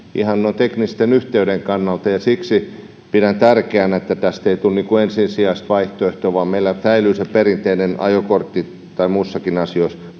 ihan noin teknisten yhteyksien kannalta siksi pidän tärkeänä että tästä ei tule ensisijaista vaihtoehtoa vaan meillä säilyy se perinteinen ajokortti ja muissakin asioissa